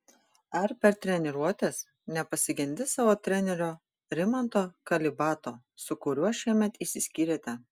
ar per treniruotes nepasigendi savo trenerio rimanto kalibato su kuriuo šiemet išsiskyrėte